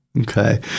Okay